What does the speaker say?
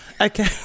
Okay